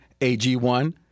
AG1